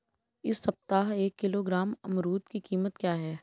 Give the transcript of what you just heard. इस सप्ताह एक किलोग्राम अमरूद की कीमत क्या है?